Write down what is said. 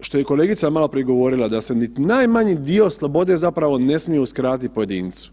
što je kolegica maloprije govorila, da se ni najmanji dio slobode zapravo ne smije uskratiti pojedincu.